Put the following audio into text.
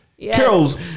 Carol's